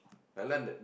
ya lah the